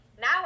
now